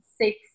six